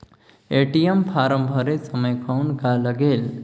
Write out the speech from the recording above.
ATM form भरे समय कौन का लगेल?